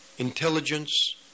intelligence